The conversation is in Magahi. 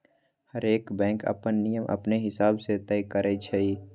हरएक बैंक अप्पन नियम अपने हिसाब से तय करई छई